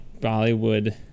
Bollywood